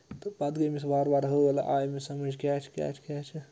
تہٕ پَتہٕ گٔے أمِس وارٕ وارٕ حٲل آے أمِس سَمجھ کیٛاہ چھِ کیٛاہ چھِ کیٛاہ چھِ